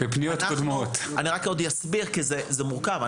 אני רק אסביר כי זה מורכב.